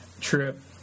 trip